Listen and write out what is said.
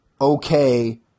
okay